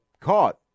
caught